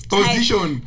position